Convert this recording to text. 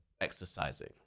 exercising